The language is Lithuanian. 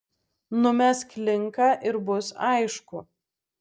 numesk linką ir bus aišku